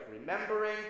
remembering